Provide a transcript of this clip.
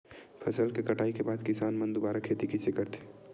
फसल के कटाई के बाद किसान मन दुबारा खेती कइसे करथे?